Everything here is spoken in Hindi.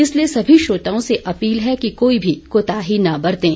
इसलिए सभी श्रोताओं से अपील है कि कोई भी कोताही न बरतें